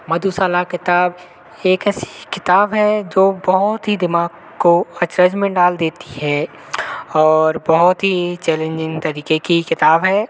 मधुशाला किताब एक ऐसी किताब है जो बहुत ही दिमाग को अचरज में डाल देती है और बहुत ही ये चैलेंजिंग तरीके की किताब है